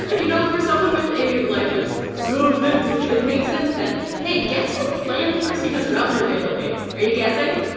but you know, for someone with a life that's so hectic, it makes sense that hey, guess who ah planned kristina's route through italy? are you guessing?